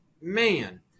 man